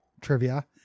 trivia